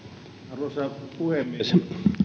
arvoisa puhemies